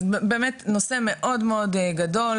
אז באמת נושא מאוד מאוד גדול,